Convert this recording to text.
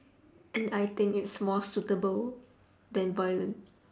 and I think it's more suitable than violin